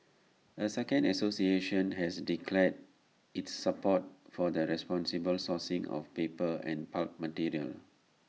A second association has declared its support for the responsible sourcing of paper and pulp material